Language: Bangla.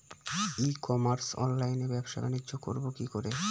ই কমার্স অনলাইনে ব্যবসা বানিজ্য করব কি করে?